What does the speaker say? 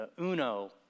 UNO